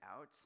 out